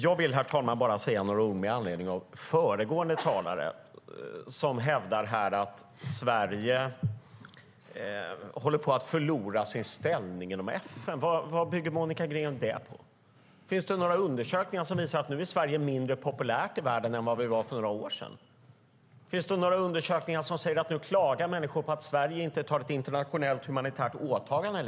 Jag vill, herr talman, bara säga några ord med anledning av föregående talare, som hävdar att Sverige håller på att förlora sin ställning inom FN. Vad bygger Monica Green det på? Finns det några undersökningar som visar att Sverige nu är mindre populärt i världen än vi var för några år sedan? Finns det några undersökningar som säger att människor klagar på att Sverige inte längre fullgör något internationellt humanitärt åtagande?